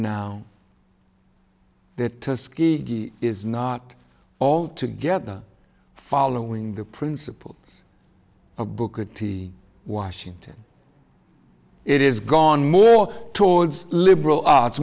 now that is not all together following the principles of booker t washington it is gone more towards liberal arts